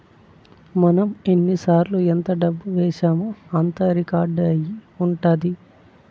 మనం ఎన్నిసార్లు ఎంత డబ్బు వేశామో అంతా రికార్డ్ అయి ఉంటది